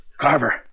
Carver